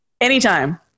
Anytime